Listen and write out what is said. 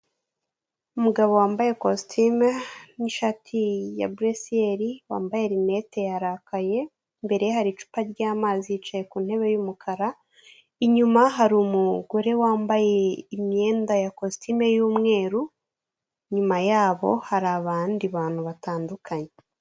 Umugabo wambaye kositime n'ishati ya buresiyeri wambaye rinete yarakaye, imbere ye hari icupa ry'amazi yicaye ku ntebe y'umukara, inyuma hari umugore wambaye imyenda ya kositime y'umweru, inyuma yabo hari abandi bantu batandukanye.